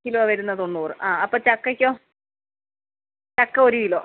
kilo വരുന്നത് തൊണ്ണൂറ് ആ അപ്പോൾ ചക്കയ്ക്കോ ചക്ക ഒരു കിലോ